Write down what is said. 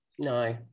No